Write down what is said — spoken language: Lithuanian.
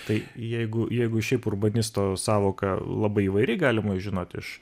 tai jeigu jeigu šiaip urbanisto sąvoka labai įvairiai galima žinot iš